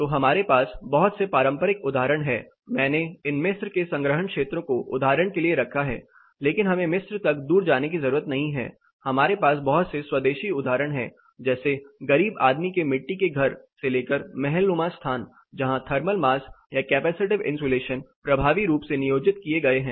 तो हमारे पास बहुत से पारंपरिक उदाहरण हैं मैंने इन मिस्र के संग्रहण क्षेत्रों को उदाहरण के लिए रखा है लेकिन हमें मिस्र तक दूर जाने की जरूरत नहीं है हमारे पास बहुत से स्वदेशी उदाहरण है जैसे गरीब आदमी के मिट्टी के घर से लेकर महलनुमा स्थान जहां थर्मल मास या कैपेसिटिव इंसुलेशन प्रभावी रूप से नियोजित किए गए हैं